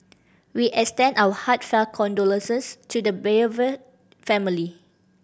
we extend our heartfelt condolences to the bereaved family